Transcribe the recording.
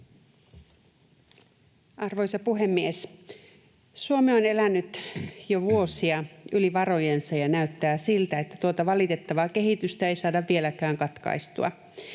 Arvoisa puhemies! Suomi on elänyt jo vuosia yli varojensa, ja näyttää siltä, että tuota valitettavaa kehitystä ei saada vieläkään katkaistua,